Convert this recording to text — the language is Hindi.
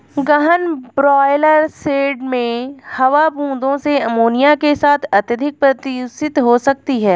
गहन ब्रॉयलर शेड में हवा बूंदों से अमोनिया के साथ अत्यधिक प्रदूषित हो सकती है